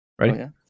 Ready